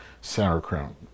sauerkraut